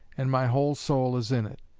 and my whole soul is in it.